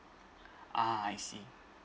ah I see